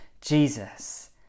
Jesus